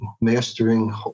mastering